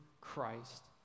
Christ